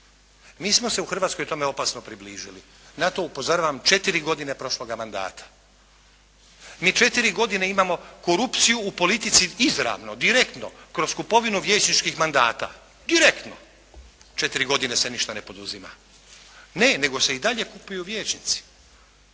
Mi smo se u Hrvatskoj tome opasno približili, na to upozoravam četiri godine prošloga mandata. Mi četiri godine imamo korupciju u politici izravno, direktno kroz kupovinu vijećničkih mandata, direktno. Četiri godine se ništa ne poduzima. Ne, nego se i dalje kupuju vijećnici,